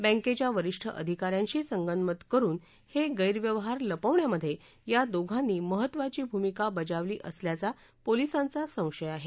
बँकेच्या वरिष्ठ अधिकाऱ्यांशी संगनमत करून हे गैरव्यवहार लपवण्यामध्ये या दोघांनी महत्त्वाची भूमिका बजावली असल्याचा पोलिसांचा संशय आहे